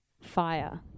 fire